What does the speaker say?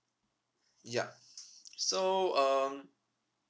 yup so um